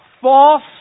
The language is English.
false